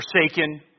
forsaken